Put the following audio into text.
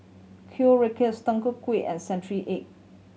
Kuih Rengas Tutu Kueh and century egg